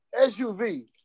SUV